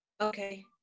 okay